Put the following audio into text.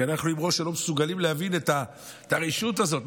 כי אנחנו עם ראש שלא מסוגל להבין את הרשעות הזאת.